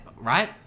Right